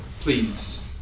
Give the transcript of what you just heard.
please